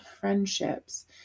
friendships